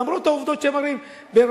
למרות העובדות שהם מראים ברמת-אביב,